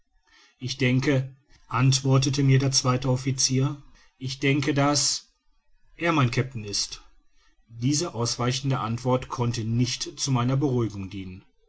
ich denke antwortete mir der zweite officier ich denke daß er mein kapitän ist diese ausweichende antwort konnte nicht zu meiner beruhigung dienen